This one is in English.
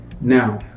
Now